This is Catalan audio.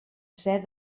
ser